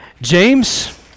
James